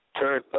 turn